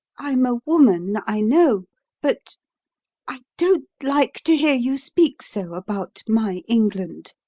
i'm a woman, i know but i don't like to hear you speak so about my england.